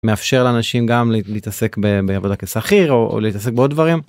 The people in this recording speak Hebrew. מאפשר לאנשים גם להתעסק בעבודה כשכיר או להתעסק בעוד דברים.